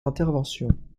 intervention